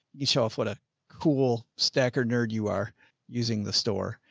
you show off what a cool stacker nerd you are using the store.